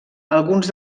alguns